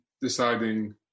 deciding